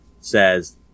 says